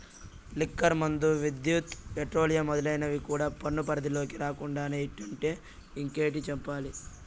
liquor మందు, విద్యుత్, petroleum మొదలైనవి కూడా పన్ను పరిధిలోకి రాకుండానే ఇట్టుంటే ఇంకేటి చెప్పాలి